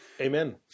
amen